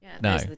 no